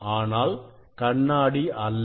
ஆனால் கண்ணாடி அல்ல